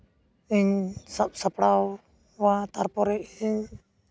ᱤᱧ ᱥᱟᱯ ᱥᱟᱯᱲᱟᱣᱟ ᱛᱟᱨᱯᱚᱨᱮ ᱤᱧ